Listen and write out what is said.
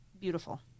beautiful